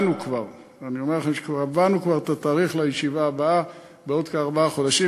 אני אומר לכם שקבענו כבר את התאריך לישיבה הבאה בעוד כארבעה חודשים.